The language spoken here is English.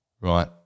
right